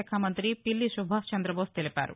శాఖ మంతి పిల్లి సుభాష్ చందబోస్ తెలిపారు